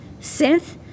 synth